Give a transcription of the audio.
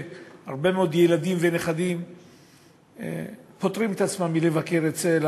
שהרבה מאוד ילדים ונכדים פוטרים את עצמם מלבקר אצל